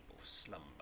slumber